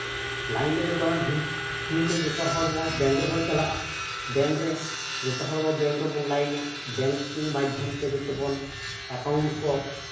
line ᱨᱮᱜᱮ ᱫᱚᱢᱮ ᱵᱷᱤᱲ ᱛᱤᱦᱤᱧ ᱛᱚ ᱡᱚᱛᱚ ᱦᱚᱲ ᱵᱮᱝᱠ ᱨᱮᱵᱚ ᱪᱟᱞᱟᱜᱼᱟ ᱵᱮᱝᱠ ᱨᱮ ᱡᱚᱛᱚ ᱦᱚᱲ ᱵᱮᱝᱠ ᱨᱮᱵᱚ ᱞᱟᱹᱭᱤᱱᱟ ᱵᱮᱝᱠ ᱢᱟᱫᱽᱫᱷᱚᱢ ᱛᱮ ᱡᱚᱛᱚ ᱵᱚᱱ ᱮᱠᱟᱣᱩᱱᱴ ᱠᱚ